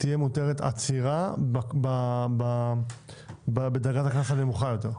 תהיה מותרת עצירה בדרגה נמוכה יותר.